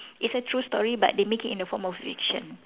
it's a true story but they make it in the form of fiction